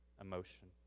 emotion